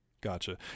Gotcha